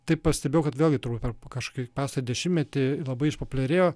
taip pastebėjau kad vėlgi turbūt per kažkaip pastarąjį dešimtmetį labai išpopuliarėjo